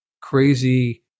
crazy